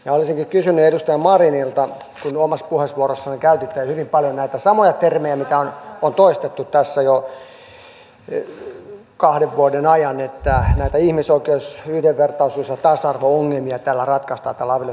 olisinkin kysynyt edustaja marinilta kun omassa puheenvuorossanne käytitte hyvin paljon näitä samoja termejä mitä on toistettu tässä jo kahden vuoden ajan ja sitä että näitä ihmisoikeus yhdenvertaisuus ja tasa arvo ongelmia tällä avioliittolain muuttamisella ratkaistaan